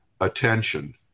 attention